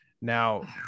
now